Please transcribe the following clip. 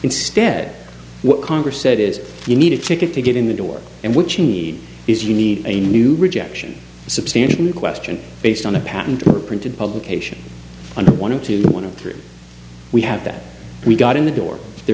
instead what congress said is you need a ticket to get in the door and what you need is you need a new rejection substantially question based on a patent or printed publication under one of two one of three we have that we've got in the door